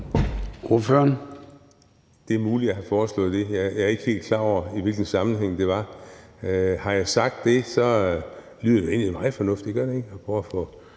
(DD): Det er muligt, at jeg har foreslået det – jeg er ikke helt klar over, i hvilken sammenhæng det var. Har jeg sagt det, lyder det da egentlig meget fornuftigt